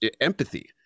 empathy